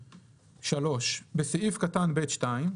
בסעיף קטן (ב)(2),